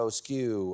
skew